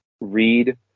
read